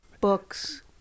Books